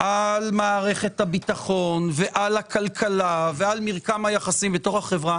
על מערכת הביטחון וכל הכלכלה ועל מרקם היחסים בחברה